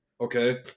Okay